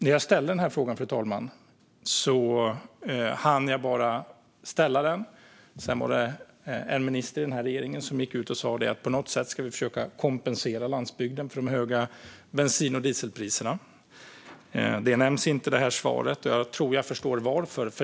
När jag ställde frågan, fru talman, hann jag bara ställa den innan en minister i den här regeringen gick ut och sa att man på något sätt skulle försöka kompensera landsbygden för de höga bensin och dieselpriserna. Det nämns inte i det här svaret, och jag tror att jag förstår varför.